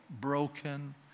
broken